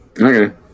Okay